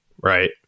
Right